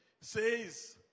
says